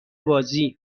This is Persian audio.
بازی